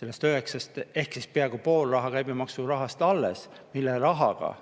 sellest 9%-st ehk peaaegu pool käibemaksurahast alles ja selle rahaga